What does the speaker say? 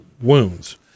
wounds